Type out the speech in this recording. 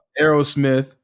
Aerosmith